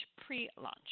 pre-launch